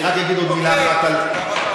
אני רק אגיד עוד מילה אחת על החוק,